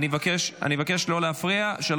אני מבקש לא להפוך את זה לקרקס.